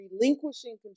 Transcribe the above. relinquishing